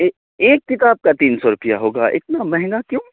ایک ایک کتاب کا تین سو روپیہ ہوگا اتنا مہنگا کیوں